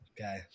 Okay